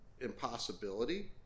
impossibility